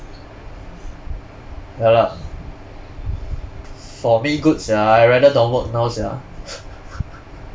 ya lah for me good sia I rather don't work now sia